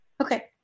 Okay